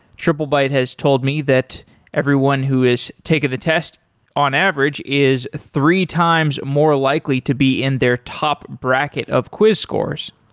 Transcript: triplebyte has told me that everyone who has taken the test on average is three times more likely to be in their top bracket of quiz scores